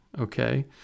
Okay